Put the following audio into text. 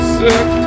sick